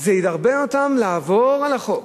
זה ידרבן אותם לעבור על החוק.